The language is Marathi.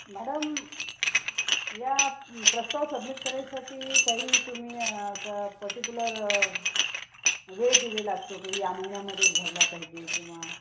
मॅडम या प्रस्ताव सबमिट करायसाठी काही तुम्ही असं पर्टिक्युलर वेळ दिलेला असतो का या महिन्यामध्येच भरला पाहिजे किंवा